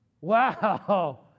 Wow